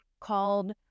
called